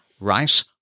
rice